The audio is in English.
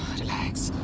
lakhs